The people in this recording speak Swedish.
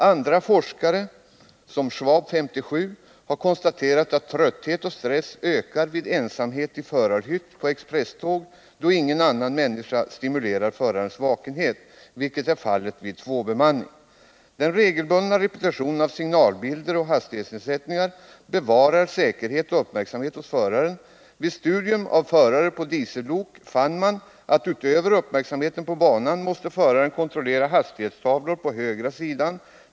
Andra forskare, såsom Schwab 1957, har konstaterat att trötthet och stress ökar vid ensamhet i förarhytt på expresståg, då ingen annan människa stimulerar förarens vakenhet, vilket är fallet vid tvåbemanning. Den regelbundna repetitionen av signalbilder och hastighetsnedsättningar bevarar säkerhet och uppmärksamhet hos föraren. Vid studium av förare på diesellok fann man att föraren, utöver att hålla uppmärksamheten på banan, måste kontrollera hastighetstavlor på den högra sidan.